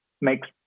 makes